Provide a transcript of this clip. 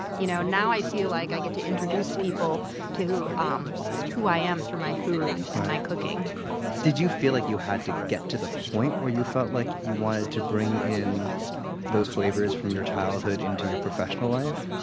you know now i feel like i get to introduce people to um who i am through my food and my cooking did you feel like you had to get to the point where you felt like you wanted to bring in those flavors from your childhood into your professional life?